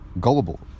gullible